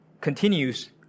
continues